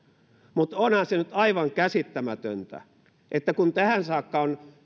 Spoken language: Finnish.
mutta onhan se nyt aivan käsittämätöntä että kun tähän saakka on